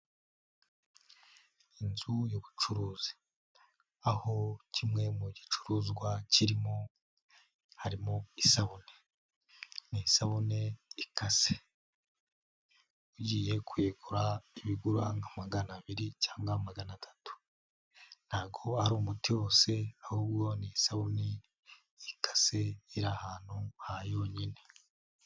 Inzu y'ubucuruzi, aho kimwe mu gicuruzwa kirimo harimo isabune, ni isabune ikase, ugiye kuyigura iba igura nka magana abiri cyangwa magana atatu, ntabwo ari umuti wose ahubwo ni isabune ikase iri ahantu ha yonyine.